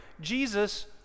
Jesus